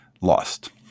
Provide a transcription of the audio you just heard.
lost